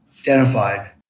identified